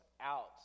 out